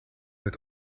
het